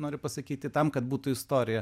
nori pasakyti tam kad būtų istorija